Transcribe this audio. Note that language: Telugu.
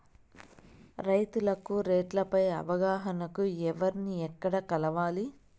రైతుకు రేట్లు పై అవగాహనకు ఎవర్ని ఎక్కడ కలవాలి?